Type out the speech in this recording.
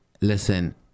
listen